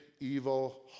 evil